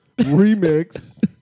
remix